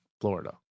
florida